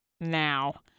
Now